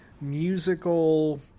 musical